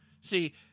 See